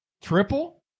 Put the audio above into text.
triple